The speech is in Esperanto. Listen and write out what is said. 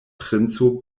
princo